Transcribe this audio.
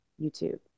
youtube